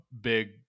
big